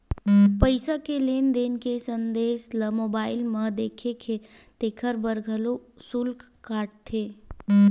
पईसा के लेन देन के संदेस ल मोबईल म देथे तेखर बर घलोक सुल्क काटथे